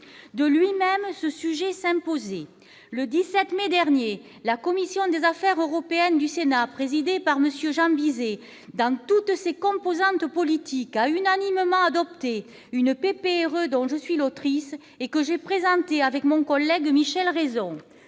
De lui-même, ce sujet s'imposait. Le 17 mai dernier, la commission des affaires européennes du Sénat, présidée par M. Jean Bizet, dans toutes ses composantes politiques, a unanimement adopté une proposition de résolution européenne dont je suis l'autrice et que j'ai présentée avec mon collègue Michel Raison.